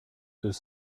deux